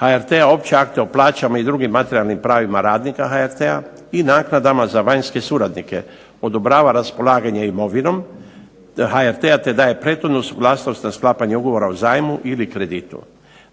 HRT-a opće akte o plaćama i drugim materijalnim pravima radnika HRT-a, i naknadama za vanjske suradnike, odobrava raspolaganje imovinom HRT-a te daje prethodnu suglasnost na sklapanje ugovora o zajmu ili kreditu.